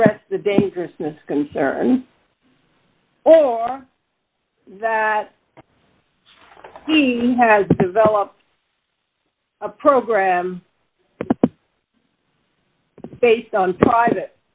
address the dangerousness concerns or that he has developed a program based on private